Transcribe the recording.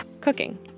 cooking